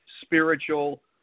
spiritual